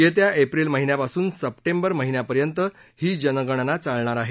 येत्या एप्रिल महिन्यापासून सर्प बिर महिन्यापर्यंत ही जनगणना चालणार आहे